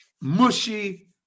mushy